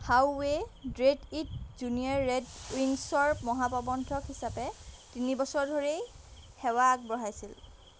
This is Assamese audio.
হাউৱে' ডেট্ৰইট জুনিয়ৰ ৰেড উইংছৰ মহাপ্ৰবন্ধক হিচাপে তিনিবছৰ ধৰি সেৱা আগবঢ়াইছিল